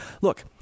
look